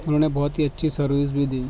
انہوں نے بہت اچھی سروس بھی دی